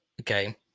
Okay